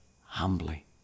humbly